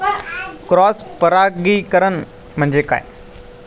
Cross परागीकरण म्हणजे काय?